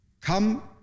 Come